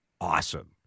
awesome